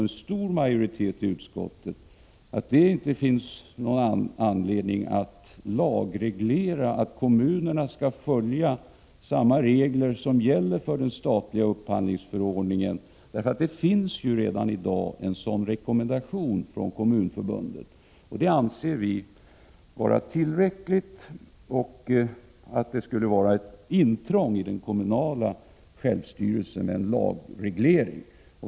En stor majoritet i utskottet anser att det inte finns någon anledning att lagreglera att kommunerna skall följa samma regler som dem som gäller för den statliga upphandlingen, eftersom det redan i dag finns rekommendationer härvidlag från Kommunförbundet. Det anser vi vara tillräckligt. En lagreglering skulle vara ett intrång i den kommunala självstyrelsen.